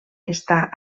està